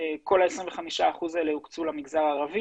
כל ה-25% האלה הוקצו למגזר הערבי,